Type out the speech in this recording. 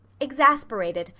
exasperated,